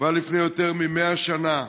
כבר לפני יותר מ-100 שנה.